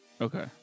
Okay